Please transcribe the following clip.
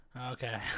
Okay